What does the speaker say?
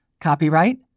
Copyright